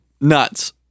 nuts